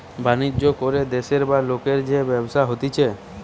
বাণিজ্য করে দেশের বা লোকের যে ব্যবসা হতিছে